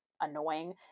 annoying